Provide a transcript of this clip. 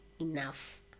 enough